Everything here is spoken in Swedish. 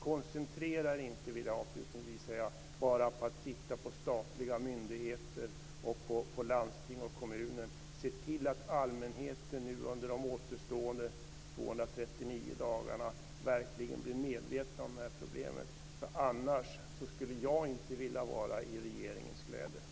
Koncentrera er inte, vill jag avslutningsvis säga, bara på att titta på statliga myndigheter och på landsting och kommuner. Se till att allmänheten nu under de återstående 239 dagarna verkligen blir medvetna om det här problemet. Annars skulle jag inte vilja vara i regeringens kläder.